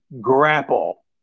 grapple